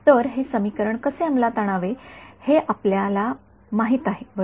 तर हे समीकरण कसे अंमलात आणावे हे आपल्या माहित आहे बरोबर